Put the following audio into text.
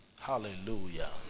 Hallelujah